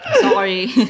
Sorry